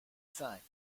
cinq